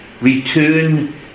Return